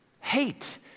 hate